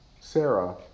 Sarah